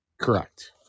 correct